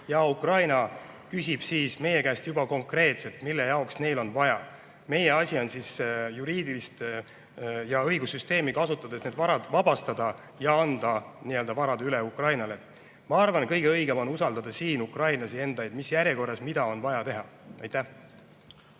ja Ukraina küsib meie käest juba konkreetselt, mille jaoks neil on [abi] vaja. Meie asi on juriidiliselt, õigussüsteemi kasutades need varad vabastada ja anda üle Ukrainale. Ma arvan, et kõige õigem on usaldada ukrainlasi, mis järjekorras mida on vaja teha. Aitäh!